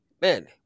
man